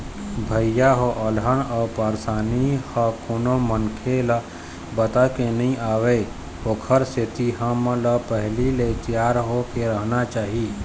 भइया हो अलहन अउ परसानी ह कोनो मनखे ल बताके नइ आवय ओखर सेती हमन ल पहिली ले तियार होके रहना चाही